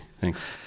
Thanks